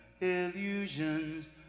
illusions